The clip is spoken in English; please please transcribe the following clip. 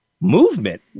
Movement